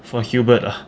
for hubert ah